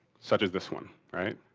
such as this one, right?